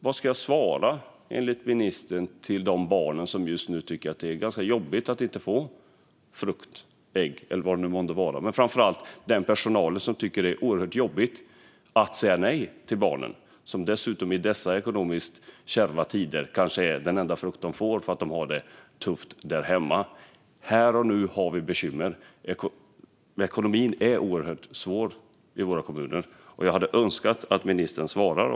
Vad ska jag enligt ministern svara de barn som just nu tycker att det är ganska jobbigt att inte få frukt, ägg eller vad det kan vara? Men, framför allt, vad ska jag svara den personal som tycker att det är oerhört jobbigt att säga nej till barnen? I dessa ekonomiskt kärva tider är detta kanske den enda frukt som barnen får för att de har det tufft där hemma. Här och nu har vi bekymmer. Ekonomin är oerhört svår i våra kommuner, och jag hade önskat att ministern hade svarat.